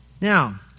Now